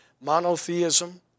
monotheism